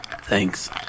Thanks